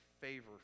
favor